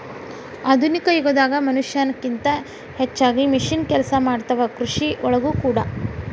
ಆಧುನಿಕ ಯುಗದಾಗ ಮನಷ್ಯಾನ ಕಿಂತ ಹೆಚಗಿ ಮಿಷನ್ ಕೆಲಸಾ ಮಾಡತಾವ ಕೃಷಿ ಒಳಗೂ ಕೂಡಾ